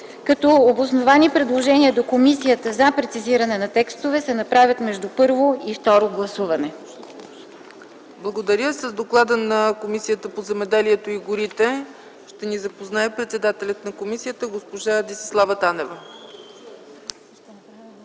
като обосновани предложения на Комисията за прецизиране на текстовете се направят между първо и второ гласуване.” ПРЕДСЕДАТЕЛ ЦЕЦКА ЦАЧЕВА: Благодаря. С доклада на Комисията по земеделието и горите ще ни запознае председателят на комисията госпожа Десислава Танева.